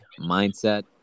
mindset